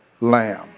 lamb